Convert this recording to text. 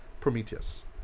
Prometheus